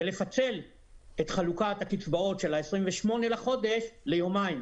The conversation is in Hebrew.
ולפצל את חלוקת הקצבאות של ה-28 בחודש ליומיים,